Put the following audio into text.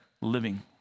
living